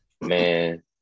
man